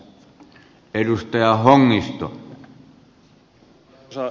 arvoisa herra puhemies